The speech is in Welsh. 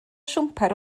siwmper